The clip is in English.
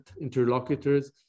interlocutors